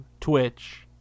twitch